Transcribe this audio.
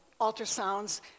ultrasounds